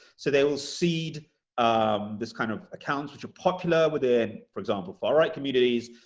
so they will cede um this kind of account, which are popular with the, for example, far right communities.